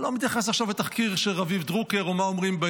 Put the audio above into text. אני לא מתייחס עכשיו לתחקיר של רביב דרוקר או מה אומרים,